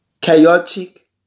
chaotic